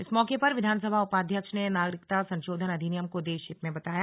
इस मौके पर विधानसभा उपाध्यक्ष ने नागरिकता संशोधन अधिनियम को देशहित में बताया